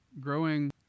growing